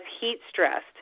heat-stressed